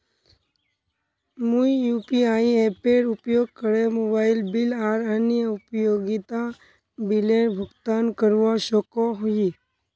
मुई यू.पी.आई एपेर उपयोग करे मोबाइल बिल आर अन्य उपयोगिता बिलेर भुगतान करवा सको ही